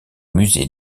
musée